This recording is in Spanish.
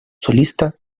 solista